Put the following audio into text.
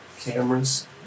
cameras